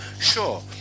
sure